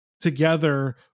together